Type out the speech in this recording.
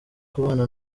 kubana